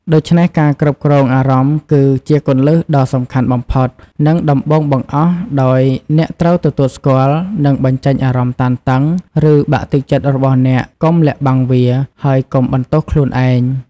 ដូច្នេះ ការគ្រប់គ្រងអារម្មណ៍គឺជាគន្លឹះដ៏សំខាន់បំផុត និងដំបូងបង្អស់ ដោយអ្នកត្រូវទទួលស្គាល់ និងបញ្ចេញអារម្មណ៍តានតឹង ឬបាក់ទឹកចិត្តរបស់អ្នក កុំលាក់បាំងវា ហើយកុំបន្ទោសខ្លួនឯង។